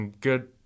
good